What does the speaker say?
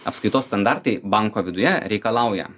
apskaitos standartai banko viduje reikalauja